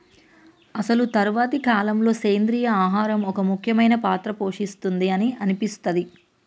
అసలు తరువాతి కాలంలో, సెంద్రీయ ఆహారం ఒక ముఖ్యమైన పాత్ర పోషిస్తుంది అని అనిపిస్తది